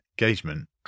engagement